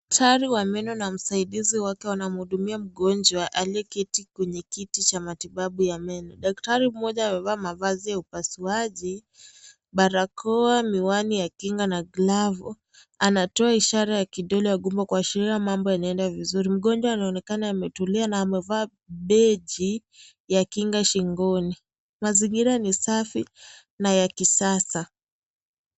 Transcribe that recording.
Daktari wa meno na msaidizi wake wanamu hudumia mgonjwa aliyeketi kwenye kiti cha matibabu ya meno, daktari mmoja amevaa mavazi ya upasuaji, barakoa, miwani pamoja na miwani ya kinga bna glavu, anatoa ishara ya kidore gumba kuashilia mambo yanaenda vizuri, mgonjwa anaonekana ametuli na amevaa beji, ya kinga shingoni, mazingira ni safi na ya kisasa.